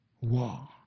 war